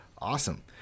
awesome